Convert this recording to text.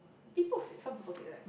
people say some people say that